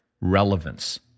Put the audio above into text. relevance